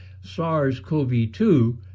SARS-CoV-2